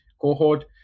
cohort